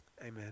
Amen